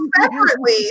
separately